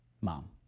Mom